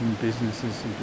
businesses